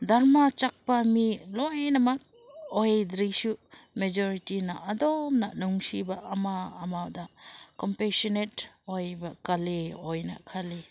ꯙꯔꯃ ꯆꯠꯄ ꯃꯤ ꯂꯣꯏꯅꯃꯛ ꯑꯣꯏꯗ꯭ꯔꯁꯨ ꯃꯦꯖꯣꯔꯤꯇꯤꯅ ꯑꯗꯨꯝꯅ ꯅꯨꯡꯁꯤꯕ ꯑꯃ ꯑꯃꯗ ꯀꯣꯝꯄꯦꯁꯅꯦꯠ ꯑꯣꯏꯕ ꯀꯜꯂꯤ ꯑꯣꯏꯅ ꯈꯜꯂꯤ